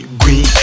green